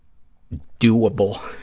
doable,